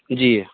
जी